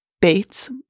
Bates